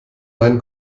meine